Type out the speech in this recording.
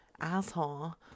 Asshole